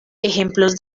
ejemplos